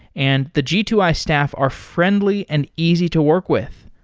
and the g two i staff are friendly and easy to work with.